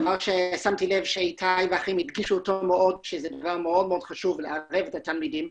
שמתי לב שאיתי ואחרים הדגישו שזה מאוד חשוב לערב את התלמידים.